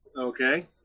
Okay